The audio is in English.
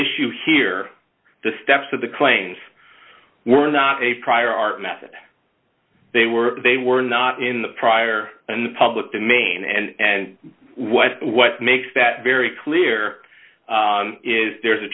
issue here the steps of the claims were not a prior art method they were they were not in the prior and the public domain and what what makes that very clear is there is a